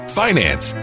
finance